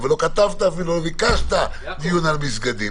אבל לא כתבת אפילו ולא ביקשת דיון על מסגדים.